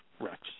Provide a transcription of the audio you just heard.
Rex